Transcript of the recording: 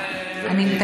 לא, אני לא מחייך.